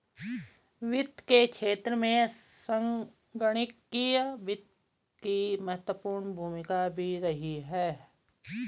वित्त के क्षेत्र में संगणकीय वित्त की महत्वपूर्ण भूमिका भी रही है